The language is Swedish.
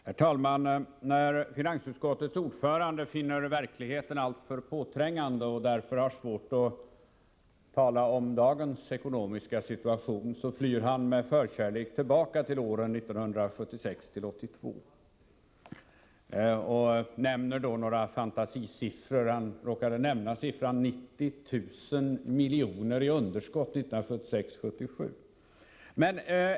Herr talman! När finansutskottets ordförande finner verkligheten alltför påträngande och därför har svårt att tala om dagens ekonomiska situation flyr han med förkärlek tillbaka till åren 1976-1982 och nämner några fantasisiffror. Han råkade nämna siffran 90 000 miljoner i underskott 1976/77.